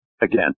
again